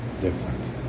different